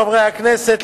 חברי הכנסת,